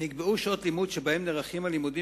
נקבעו שעות לימוד שבהן נערכים הלימודים